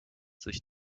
sich